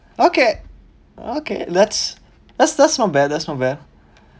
okay okay that's that's that's not bad that's not bad